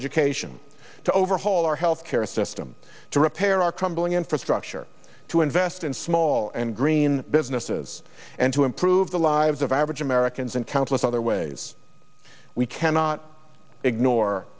education to overhaul our health care system to repair our crumbling infrastructure to invest in small and green businesses and to improve the lives of average americans and countless other ways we cannot ignore